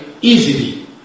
easily